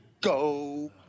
go